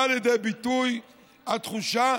באה לידי ביטוי התחושה